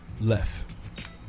left